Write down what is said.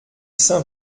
saint